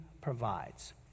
provides